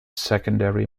secondary